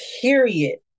period